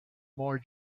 more